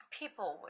people